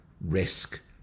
risk